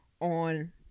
on